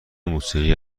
موسیقی